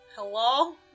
Hello